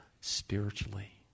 spiritually